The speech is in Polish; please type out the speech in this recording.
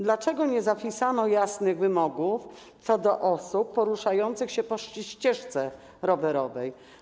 Dlaczego nie zapisano jasnych wymogów dotyczących osób poruszających się po ścieżce rowerowej?